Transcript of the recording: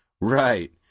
Right